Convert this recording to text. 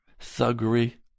thuggery